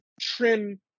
trim